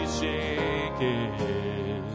shaken